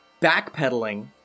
backpedaling